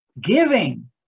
Giving